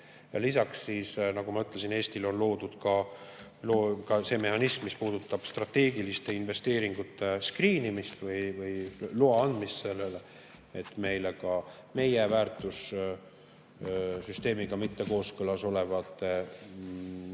lisaks siis, nagu ma ütlesin, Eestil on loodud ka see mehhanism, mis puudutab strateegiliste investeeringute skriinimist või loa andmist sellele, et ka meie väärtussüsteemiga mitte kooskõlas olevate riikide